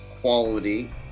quality